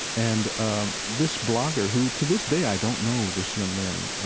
and um this blogger, who, to this day, i don't know this young man,